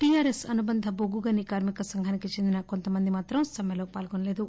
T R S అనుబంధ బొగ్గుగని కార్మిక సంఘానికి చెందిన కొంతమంది మాత్రం సమ్మెలో పాల్గొనలేదు